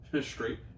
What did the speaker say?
straight